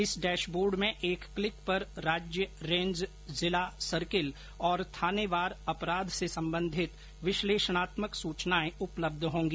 इस dashboard में एक क्लिक पर राज्य रेंज जिला ॅसर्किल और थानेवार अपराध से संबंधित विश्लेषणात्मक सूचनाएं उपलब्ध होंगी